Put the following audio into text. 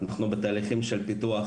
אנחנו בתהליכים של פיתוח,